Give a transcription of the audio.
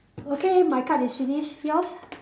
okay my card is finish yours